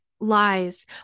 lies